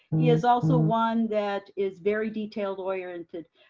he is also one that is very detailed oriented,